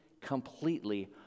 completely